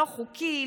לא חוקי,